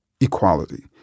equality